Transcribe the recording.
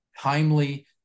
timely